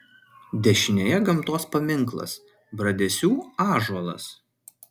dešinėje gamtos paminklas bradesių ąžuolas